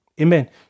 Amen